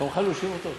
אתה מוכן להושיב אותו?